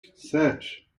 sete